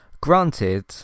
Granted